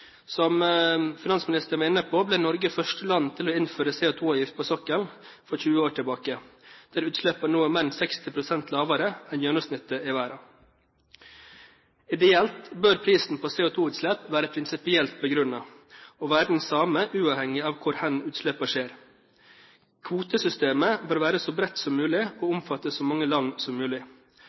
Som finansministeren var inne på, ble Norge første land til å innføre CO2-avgift på sokkelen for 20 år tilbake, der utslippene nå er mer enn 60 pst. lavere enn gjennomsnittet i verden. Ideelt bør prisen på CO2-utslipp være prinsipielt begrunnet og være den samme uavhengig av hvor utslippene skjer. Kvotesystemet bør være så bredt som mulig og omfatte så mange land som mulig.